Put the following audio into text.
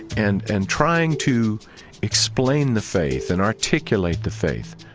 and and trying to explain the faith and articulate the faith,